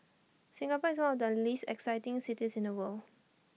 Singapore is one of the least exciting cities in the world